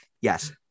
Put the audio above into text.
Yes